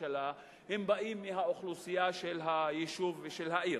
הממשלה באים מהאוכלוסייה של היישוב ושל העיר.